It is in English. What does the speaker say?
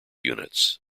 units